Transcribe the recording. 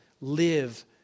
live